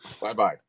Bye-bye